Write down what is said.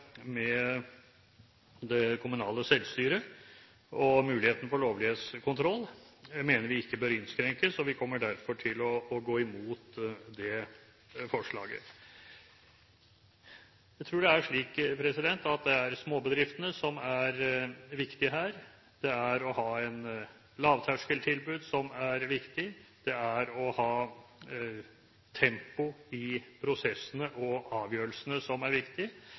med det kommunale selvstyret og muligheten for lovlighetskontroll: Det mener vi ikke bør innskrenkes, og vi kommer derfor til å gå imot det forslaget. Jeg tror det er slik at det er småbedriftene som er viktige her. Det er å ha et lavterskeltilbud som er viktig, og å ha tempo i prosessene og avgjørelsene. Begrunnelsesplikten, innsynet – mulighetene det skaper for enkeltbedriftene – har vi sett på som